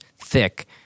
thick